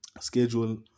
schedule